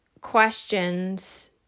questions